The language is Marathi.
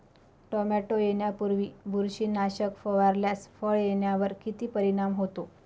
टोमॅटो येण्यापूर्वी बुरशीनाशक फवारल्यास फळ येण्यावर किती परिणाम होतो?